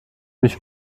mich